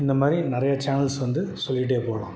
இந்த மாதிரி நிறையா சேனல்ஸ் வந்து சொல்லிக்கிட்டே போகலாம்